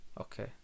Okay